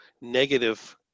negative